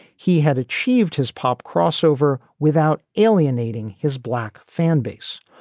he had achieved his pop crossover without alienating his black fan base.